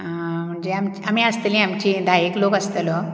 आं आमी आसतली आमची धायेक लोक आसतलो